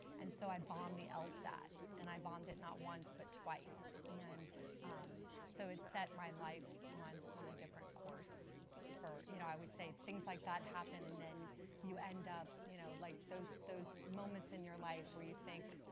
and so i bond the lsat and i bond it not once, but twice. and so it set my life on on a different course for, you know i would say things like that happened, and then you end up you know like those those moments in your life where you think,